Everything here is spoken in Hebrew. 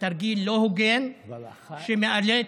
בתרגיל לא הוגן, שמאלץ,